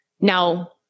Now